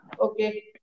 Okay